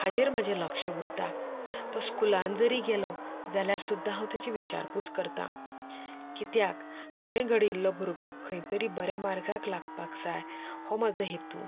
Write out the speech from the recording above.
हाजेर म्हजें लक्ष उरता तो स्कुलांत जरी गेलो जाल्यार सुद्दां हांव तेजी विचारपूस करतां कित्याक हांवें घडयिल्लो भुरगो खंय तरी बऱ्या मार्गाक लागपाक जाय हो म्हजो हेतू